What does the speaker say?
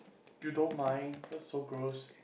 you don't mind that's so gross